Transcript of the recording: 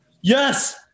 Yes